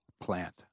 plant